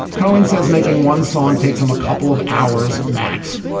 cohen says making one song takes him a couple of hours max.